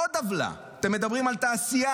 עוד עוולה: אתם מדברים על תעשייה,